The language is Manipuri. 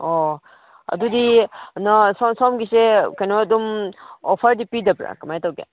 ꯑꯣ ꯑꯗꯨꯗꯤ ꯁꯣꯝꯒꯤꯁꯦ ꯀꯩꯅꯣ ꯑꯗꯨꯝ ꯑꯣꯐꯔꯗꯤ ꯄꯤꯗꯕ꯭ꯔ ꯀꯃꯥꯏ ꯇꯧꯒꯦ